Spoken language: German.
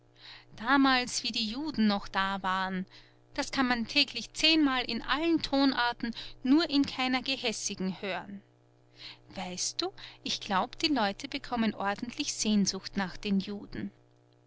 damals wie die juden noch da waren das kann man täglich zehnmal in allen tonarten nur in keiner gehässigen hören weißt du ich glaub die leute bekommen ordentlich sehnsucht nach den juden